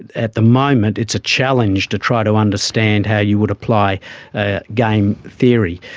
and at the moment it's a challenge to try to understand how you would apply ah game theory.